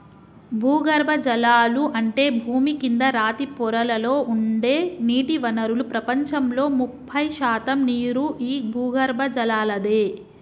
భూగర్బజలాలు అంటే భూమి కింద రాతి పొరలలో ఉండే నీటి వనరులు ప్రపంచంలో ముప్పై శాతం నీరు ఈ భూగర్బజలలాదే